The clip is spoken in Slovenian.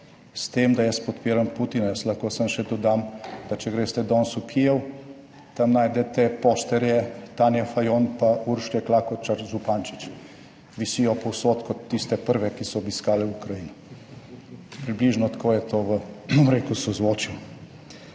s tem, da jaz podpiram Putin. Jaz lahko samo še dodam, da če greste danes v Kijev, tam najdete poštarje Tanje Fajon pa Urške Klakočar Zupančič, visijo povsod kot tiste prve, ki so obiskali Ukrajino, približno tako je to v, bom rekel, sozvočju.